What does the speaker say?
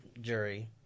jury